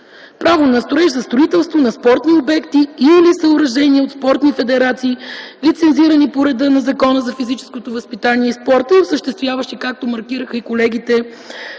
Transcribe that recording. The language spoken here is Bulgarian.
право на строеж за строителство на спортни обекти или съоръжения от спортни федерации, лицензирани по реда на Закона за физическото възпитание и спорта, и осъществяващи, както маркираха и колегите